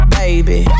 baby